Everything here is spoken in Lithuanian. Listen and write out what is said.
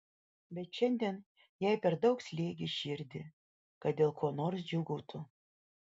bet šiandien jai per daug slėgė širdį kad dėl ko nors džiūgautų